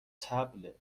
طبله